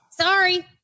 Sorry